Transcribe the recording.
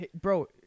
Bro